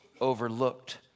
overlooked